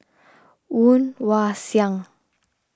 Woon Wah Siang